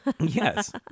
Yes